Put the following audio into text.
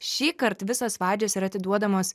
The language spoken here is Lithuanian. šįkart visos vadžios yra atiduodamos